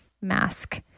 mask